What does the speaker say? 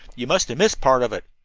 you must have missed part of it.